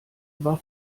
war